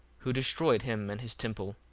who destroyed him and his temple.